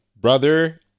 Brother